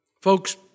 Folks